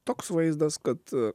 toks vaizdas kad